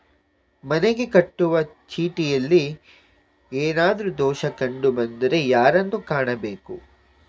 ಮನೆಗೆ ಕಟ್ಟುವ ಚೀಟಿಯಲ್ಲಿ ಏನಾದ್ರು ದೋಷ ಕಂಡು ಬಂದರೆ ಯಾರನ್ನು ಕಾಣಬೇಕು?